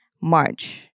March